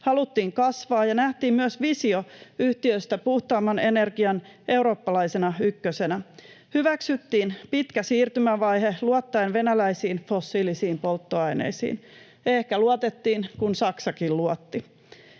haluttiin kasvaa ja nähtiin myös visio yhtiöstä puhtaamman energian eurooppalaisena ykkösenä. Hyväksyttiin pitkä siirtymävaihe luottaen venäläisiin fossiilisiin polttoaineisiin — ehkä luotettiin, kun Saksakin luotti?